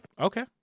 Okay